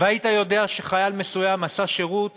והיית יודע שחייל מסוים עשה שירות